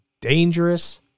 dangerous